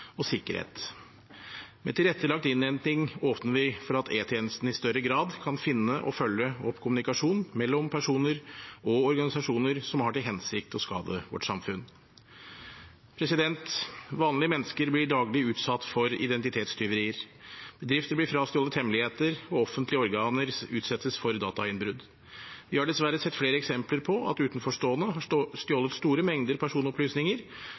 og sikkerhet. Med tilrettelagt innhenting åpner vi for at E-tjenesten i større grad kan finne og følge opp kommunikasjon mellom personer og organisasjoner som har til hensikt å skade vårt samfunn. Vanlige mennesker blir daglig utsatt for identitetstyverier, bedrifter blir frastjålet hemmeligheter, og offentlige organer utsettes for datainnbrudd. Vi har dessverre sett flere eksempler på at utenforstående har stjålet store mengder personopplysninger